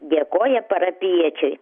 dėkoja parapijiečiai